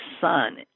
son